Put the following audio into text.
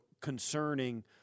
concerning